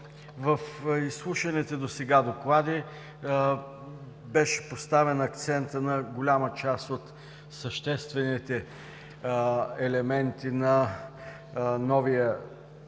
В изслушаните досега доклади беше поставен акцентът на голяма част от съществените елементи на новия